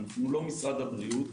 אנו לא משרד הבריאות,